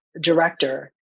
director